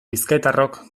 bizkaitarrok